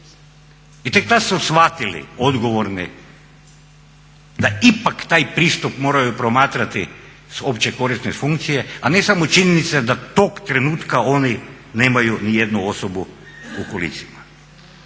I tek tad su shvatili odgovorni da ipak taj pristup moraju promatrati s opće korisne funkcije, a ne samo činjenica da tog trenutka oni nemaju nijednu osobu u kolicima.